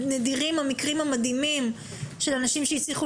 נדירים המקרים המדהימים של אנשים שהצליחו